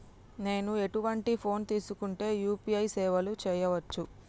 నేను ఎటువంటి ఫోన్ తీసుకుంటే యూ.పీ.ఐ సేవలు చేయవచ్చు?